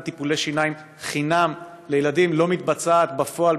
טיפולי שיניים חינם לילדים לא מתבצעת בפועל,